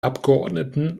abgeordneten